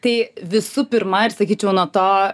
tai visų pirma ir sakyčiau nuo to